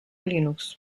linux